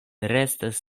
restas